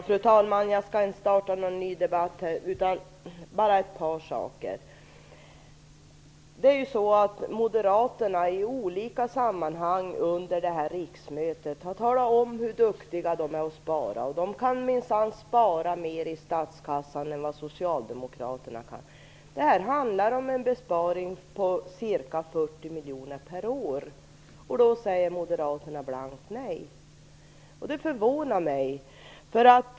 Fru talman! Jag skall inte starta någon ny debatt. Jag vill bara ta upp ett par saker. Moderaterna har i olika sammanhang under detta riksmöte talat om hur duktiga de är på att spara. De kan minsann spara mer åt statskassan än vad socialdemokraterna kan. Detta handlar om en besparing på ca 40 miljoner per år. Då säger moderaterna blankt nej. Det förvånar mig.